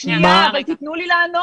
אבל, שנייה, תנו לי לענות.